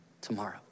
tomorrow